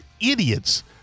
idiots